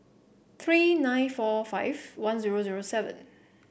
three nine four five one zero zero seven